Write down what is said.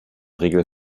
regel